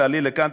תעלי לכאן,